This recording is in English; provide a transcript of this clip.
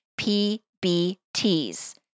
PBTs